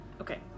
Okay